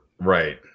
right